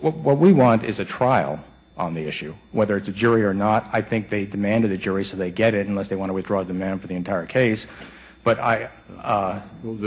what we want is a trial on the issue whether it's a jury or not i think they demanded a jury so they get it unless they want to withdraw the man for the entire case but i